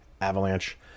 Avalanche